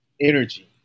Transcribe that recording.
energy